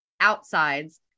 outsides